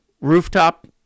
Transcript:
rooftop